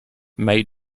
may